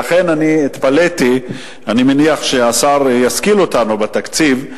לכן התפלאתי, אני מניח שהשר ישכיל אותנו בתקציב,